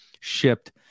shipped